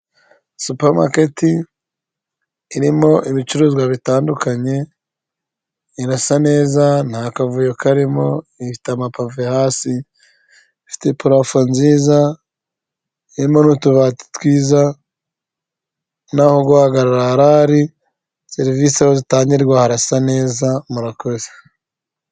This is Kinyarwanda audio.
Supamaketi irimo ibicuruzwa bitandukanye, irasa neza nta kavuyo karimo, ifite amapave hasi ifite purafo nziza irimo n'utubati twiza naho guhagarara harahari serivisi aho zitangirwara harasa neza murakoze.